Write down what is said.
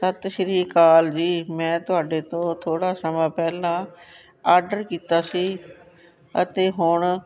ਸਤਿ ਸ਼੍ਰੀ ਅਕਾਲ ਜੀ ਮੈਂ ਤੁਹਾਡੇ ਤੋਂ ਥੋੜ੍ਹਾ ਸਮਾਂ ਪਹਿਲਾਂ ਆਡਰ ਕੀਤਾ ਸੀ ਅਤੇ ਹੁਣ